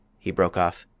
he broke off,